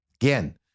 Again